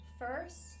First